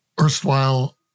erstwhile